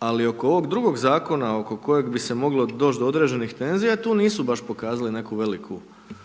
ali oko ovog drugog zakona oko kojeg bi se moglo doć do određenih tenzija tu nisu baš pokazali neku veliku